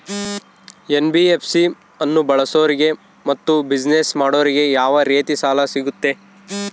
NBFC ಅನ್ನು ಬಳಸೋರಿಗೆ ಮತ್ತೆ ಬಿಸಿನೆಸ್ ಮಾಡೋರಿಗೆ ಯಾವ ರೇತಿ ಸಾಲ ಸಿಗುತ್ತೆ?